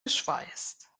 geschweißt